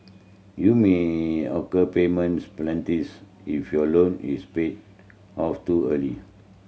you may occur payments if your loan is paid off too early